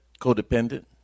codependent